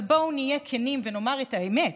אבל בואו נהיה כנים ונאמר את האמת: